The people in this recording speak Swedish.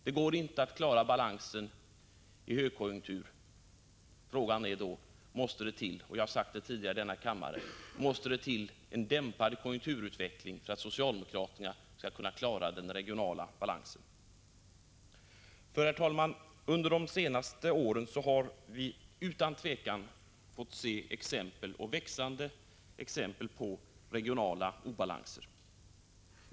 Det går inte att klara balansen i en högkonjunktur. Då är frågan — jag har ställt den tidigare i denna kammare: Måste det till en dämpad konjunkturutveckling för att socialdemokraterna skall kunna klara den regionala balansen? Herr talman! Under de senaste åren har vi utan tvivel fått se exempel på växande regionala obalanser.